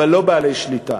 אבל לא בעלי שליטה.